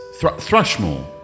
Thrushmore